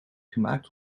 gemaakt